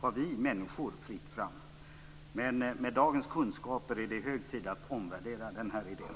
att vi människor har fritt fram till havs. Men med dagens kunskaper är det hög tid att omvärdera den idén.